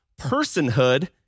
personhood